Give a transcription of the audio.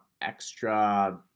extra